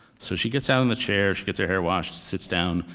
so she gets out in the chair, she gets her hair washed, sits down.